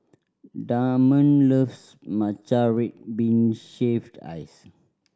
Damond loves matcha red bean shaved ice